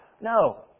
No